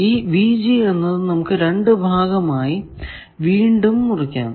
ഈ എന്നത് നമുക്ക് രണ്ടു ഭാഗമായി വീണ്ടും മുറിക്കാം